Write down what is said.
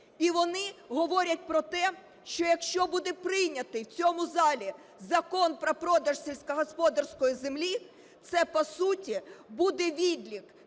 і вони говорять про те, що якщо буде прийнятий у цьому залі Закон про продаж сільськогосподарської землі, це, по суті, буде відлік,